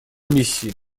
миссии